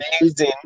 amazing